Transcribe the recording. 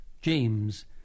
James